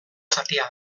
zatia